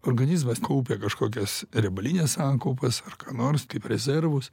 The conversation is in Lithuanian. organizmas kaupė kažkokias riebalines sankaupas ar ką nors kaip rezervus